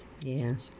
ya